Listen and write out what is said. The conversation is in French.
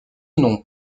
nom